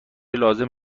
لازم